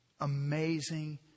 amazing